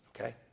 Okay